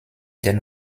den